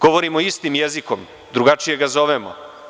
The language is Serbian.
Govorimo istim jezikom, drugačije ga zovemo.